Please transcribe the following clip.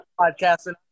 podcasting